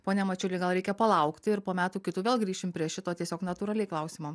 pone mačiuli gal reikia palaukti ir po metų kitų vėl grįšim prie šito tiesiog natūraliai klausimo